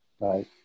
right